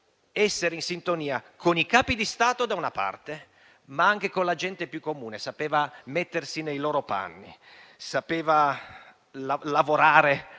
essere in sintonia con i Capi di Stato da una parte, ma anche con la gente più comune. Sapeva mettersi nei loro panni, sapeva lavorare